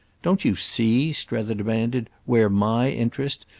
don't you see, strether demanded where my interest,